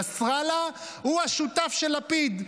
נסראללה הוא השותף של לפיד,